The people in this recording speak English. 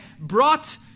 brought